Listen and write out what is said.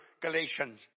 Galatians